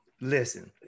Listen